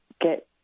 get